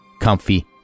comfy